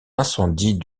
incendie